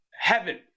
heaven